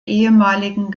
ehemaligen